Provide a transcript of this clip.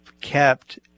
kept